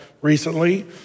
recently